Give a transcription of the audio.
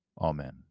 Amen